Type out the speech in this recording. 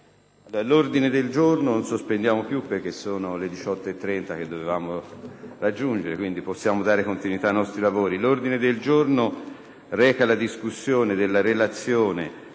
L'ordine del giorno reca la discussione della relazione